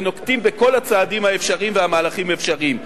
ונוקטים את כל הצעדים האפשריים והמהלכים האפשריים.